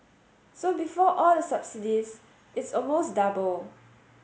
so before all the subsidies it's almost double